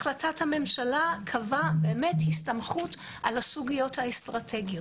החלטת הממשלה קבעה באמת הסתמכות על הסוגיות האסטרטגיות,